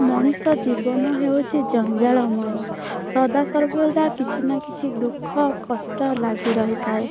ମଣିଷ ଜୀବନ ହେଉଛି ଜଞ୍ଜାଳମୟ ସଦାସର୍ବଦା କିଛିନା କିଛି ଦୁଃଖ କଷ୍ଟ ଲାଗି ରହିଥାଏ